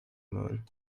moon